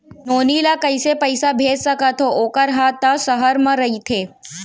नोनी ल कइसे पइसा भेज सकथव वोकर हा त सहर म रइथे?